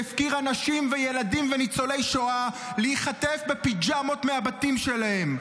שהפקירה נשים וילדים וניצולי שואה להיחטף בפיג'מות מהבתים שלהם.